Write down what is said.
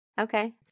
Okay